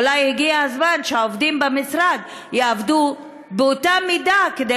אולי הגיע הזמן שהעובדים במשרד יעבדו באותה מידה כדי